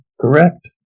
correct